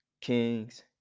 Kings